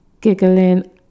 giggling